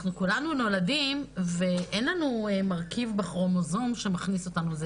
אנחנו כולנו נולדים ואין לנו מרכיב בכרומוזום שמכניס אותנו.